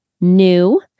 new